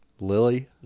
Lily